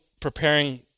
preparing